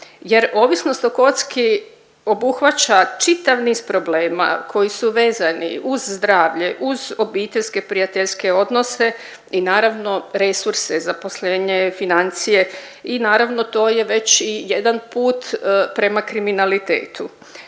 jer ovisnost o kocki obuhvaća čitav niz problema koji su vezani uz zdravlje, uz obiteljske prijateljske odnose i naravno resurse, zaposlenje, financije i naravno to je već i jedan put prema kriminalitetu.